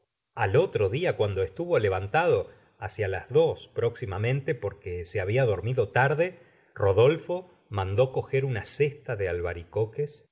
al otro dfa cuando estuvo levantado hacia las dos próximamente porque se habfa dormido tarde rodolfo mandó coger una ce ta de albaricopues